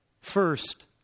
First